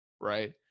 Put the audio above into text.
right